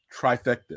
trifecta